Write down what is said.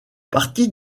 partie